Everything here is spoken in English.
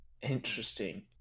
Interesting